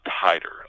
tighter